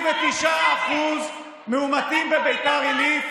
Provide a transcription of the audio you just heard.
26% מאומתים בביתר עילית,